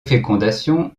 fécondation